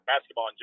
basketball